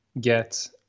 get